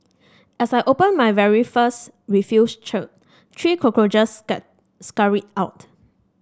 as I opened my very first refuse chute three cockroaches scurried out